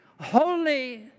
holy